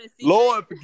Lord